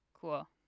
Cool